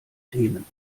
themen